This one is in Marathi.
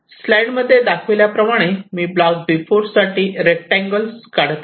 स्लाईड मध्ये दाखविल्या प्रमाणे मी ब्लॉक B4 साठी रेक्टांगल्स काढत आहे